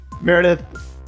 Meredith